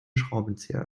schraubenzieher